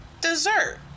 dessert